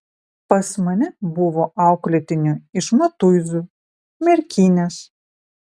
pas mane buvo auklėtinių iš matuizų merkinės